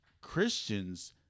Christians